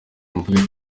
mvuge